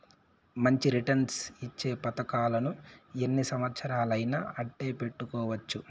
మంచి రిటర్న్స్ ఇచ్చే పతకాలను ఎన్ని సంవచ్చరాలయినా అట్టే పెట్టుకోవచ్చు